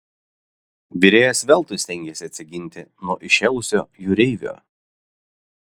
virėjas veltui stengėsi atsiginti nuo įšėlusio jūreivio